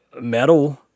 metal